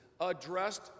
addressed